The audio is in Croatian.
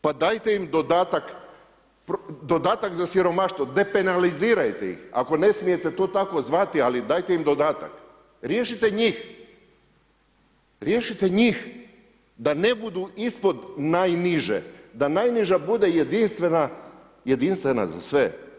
Pa dajte im dodatak za siromaštvo, depanalizirajte ih, ako ne smijete to tako zvati, ali dajte im dodatak, riješite njih, riješite njih da ne budu ispod najniže, da najniža bude jedinstvena za sve.